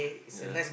ya